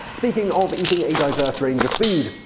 speaking of eating a diverse range of foods,